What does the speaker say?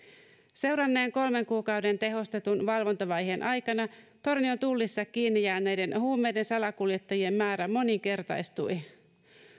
seuranneen kolmen kuukauden tehostetun valvontavaiheen aikana tornion tullissa kiinni jääneiden huumeiden salakuljettajien määrä moninkertaistui